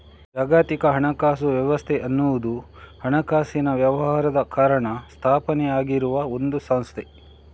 ಜಾಗತಿಕ ಹಣಕಾಸು ವ್ಯವಸ್ಥೆ ಅನ್ನುವುದು ಹಣಕಾಸಿನ ವ್ಯವಹಾರದ ಕಾರಣ ಸ್ಥಾಪನೆ ಆಗಿರುವ ಒಂದು ಸಂಸ್ಥೆ